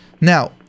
Now